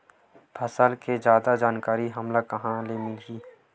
फसल के जादा जानकारी हमला कहां ले मिलही?